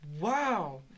Wow